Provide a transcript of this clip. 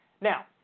Now